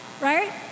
right